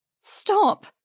Stop